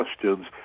questions